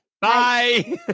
Bye